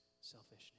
selfishness